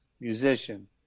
musician